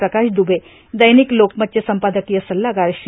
प्रकाश दुबे दैनिक लोकमतचे संपादकीय सल्लागार श्री